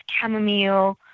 chamomile